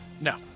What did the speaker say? No